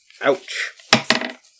Ouch